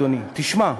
רק רגע, אדוני, תשמע.